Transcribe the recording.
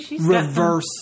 reverse